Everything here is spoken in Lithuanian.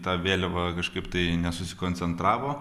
tą vėliavą kažkaip tai nesusikoncentravo